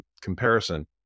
comparison